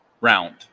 Round